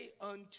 unto